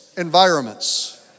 environments